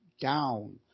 down